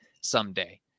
someday